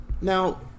Now